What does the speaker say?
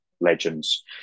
Legends